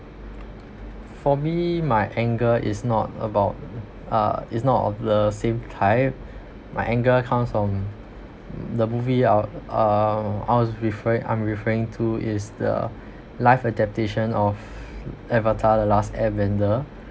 for me my anger is not about uh is not of the same type my anger comes from the movie i'll uh I was refer~ i'm referring to is the live adaptation of avatar the last airbender